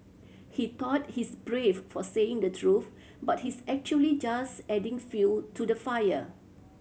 he thought he's brave for saying the truth but he's actually just adding fuel to the fire